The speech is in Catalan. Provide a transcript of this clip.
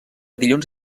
dilluns